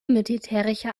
militärische